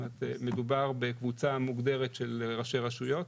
מדובר בקבוצה מוגדרת של ראשי רשויות